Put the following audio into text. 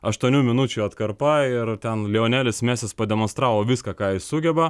aštuonių minučių atkarpa ir ten lionelis mesis pademonstravo viską ką jis sugeba